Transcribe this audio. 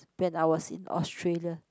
when I was in Australia